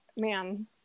man